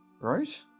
Right